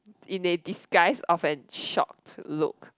in a disguise of an shocked look